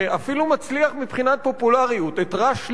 שאפילו מצליח מבחינה פופולריות, את ראש לימבו,